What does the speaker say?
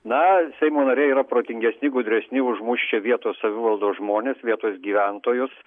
na seimo nariai yra protingesni gudresni už mus čia vietos savivaldos žmones vietos gyventojus